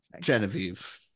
Genevieve